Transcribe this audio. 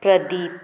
Pradeep